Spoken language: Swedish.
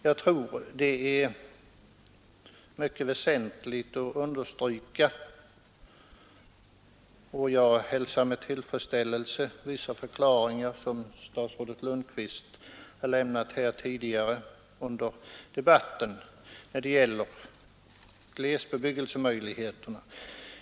Jag tror det är mycket väsentligt att understryka detta, och jag hälsar med tillfredsställelse vissa förklaringar som statsrådet Lundkvist har lämnat här tidigare under debatten när det gäller glesbebyggelsemöjligheterna.